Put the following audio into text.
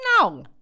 No